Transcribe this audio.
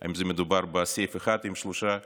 אם מדובר בסעיף אחד עם שלושה